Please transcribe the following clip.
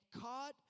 caught